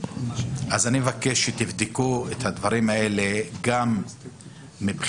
אני מבקש שתבדקו את הדברים האלה גם מבחינת